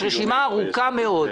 יש רשימה ארוכה מאוד.